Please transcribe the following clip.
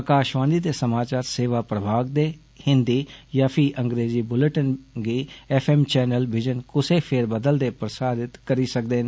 आकाषवाणी दे समाचार सेवा प्रभाग दे हिन्दी यां फीह् अंग्रेजी बुलेटन गी एफ एम चैनल बिजन कुसै फेरबदल दे प्रसारित करी सकदे न